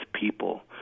people